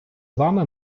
вами